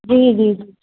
जी जी जी